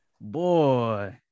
Boy